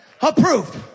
approved